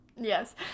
yes